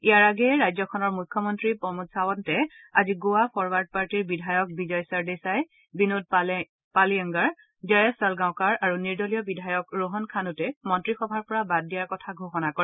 ইয়াৰ আগেয়ে ৰাজ্যখনৰ মুখ্যমন্ত্ৰী প্ৰমোদ চাৰন্তে আজি গোৱা ফৰৱাৰ্ড পাৰ্টীৰ বিধায়ক বিজয় চৰদেশাই বিনোদ পালয়েংগাৰ জায়েছ ছালগাঅনকাৰ আৰু নিৰ্দলীয় বিধায়ক ৰোহন খানুটেক মন্ত্ৰীসভাৰ পৰা বাদ দিয়াৰ কথা ঘোষণা কৰে